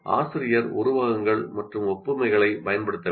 ஆசிரியர் உருவகங்கள் மற்றும் ஒப்புமைகளைப் பயன்படுத்த வேண்டும்